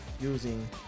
using